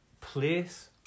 place